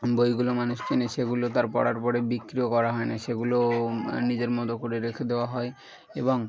বইগুলো মানুষ কেনে সেগুলো তার পড়ার পরে বিক্রিও করা হয় না সেগুলো নিজের মতো করে রেখে দেওয়া হয় এবং